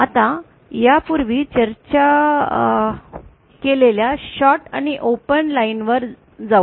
आता आपण यापूर्वी चर्चा केलेल्या शॉर्ट आणि ओपन लाइनवर जाऊ